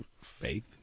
faith